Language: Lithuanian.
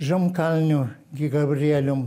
žemkalniu gi gabrielium